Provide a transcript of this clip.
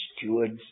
stewards